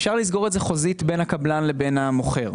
אפשר לסגור את זה חוזית בין הקבלן לבין המוכר.